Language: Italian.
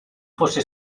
fosse